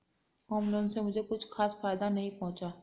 home loan से मुझे कुछ खास फायदा नहीं पहुंचा